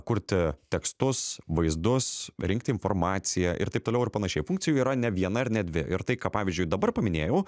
kurti tekstus vaizdus rinkti informaciją ir taip toliau ir panašiai funkcijų yra ne viena ir ne dvi ir tai ką pavyzdžiui dabar paminėjau